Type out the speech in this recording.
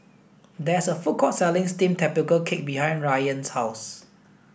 there is a food court selling steamed tapioca cake behind Rayan's house